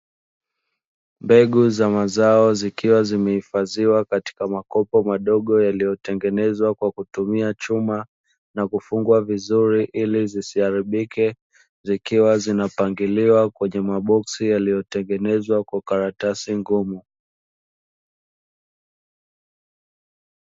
Mbegu za mazao zikiwa zimehifadhiwa katika makopo madogo yaliyotengenezwa kwa kutumia chuma, na kufungwa vizuri ili zisiharibike, zikiwa zinapangiliwa kwenye maboksi yaliyotengenezwa kwa karatasi ngumu.